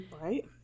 Right